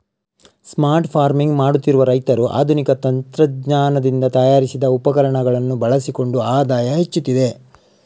smart farming ಮಾಡುತ್ತಿರುವ ರೈತರು ಆಧುನಿಕ ತಂತ್ರಜ್ಞಾನದಿಂದ ತಯಾರಿಸಿದ ಉಪಕರಣಗಳನ್ನು ಬಳಸಿಕೊಂಡು ಆದಾಯ ಹೆಚ್ಚುತ್ತಿದೆ